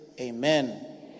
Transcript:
Amen